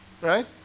right